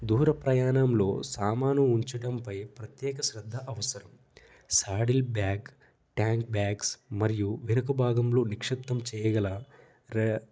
దూర ప్రయాణంలో సామాను ఉంచటంపై ప్రత్యేక శ్రద్ధ అవసరం సాడిల్ బ్యాగ్ ట్యాంక్ బ్యాగ్స్ మరియు వెనుక భాగంలో నిక్షిప్తం చేయగల రా